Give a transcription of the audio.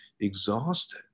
exhausted